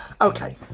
Okay